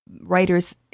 writers